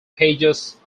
pages